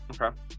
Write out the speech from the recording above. Okay